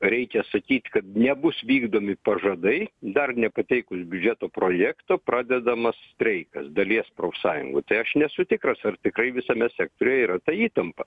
reikia sakyt kad nebus vykdomi pažadai dar nepateikus biudžeto projekto pradedamas streikas dalies profsąjungų tai aš nesu tikras ar tikrai visame sektoriuje yra ta įtampa